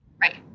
Right